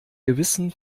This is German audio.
gewissen